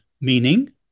meaning